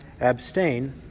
abstain